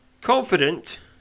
Confident